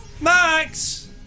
Max